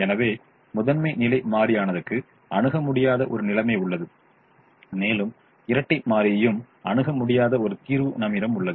எனவே முதன்மை நிலை மாறியானதுக்கு அணுக முடியாத ஒரு நிலைமை உள்ளது மேலும் இரட்டை மாறியும் அணுக முடியாத ஒரு தீர்வு நம்மிடம் உள்ளது